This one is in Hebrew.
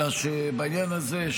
אלא שבעניין הזה,